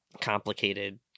complicated